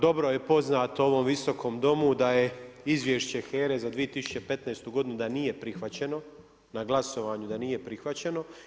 Dobro je poznato ovom Viskom domu da je izvješće HERA-e za 2015. godinu, da nije prihvaćeno na glasovanju, da nije prihvaćeno.